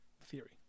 theory